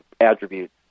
attributes